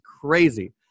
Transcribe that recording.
crazy